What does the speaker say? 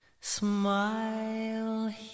Smile